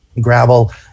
gravel